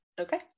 Okay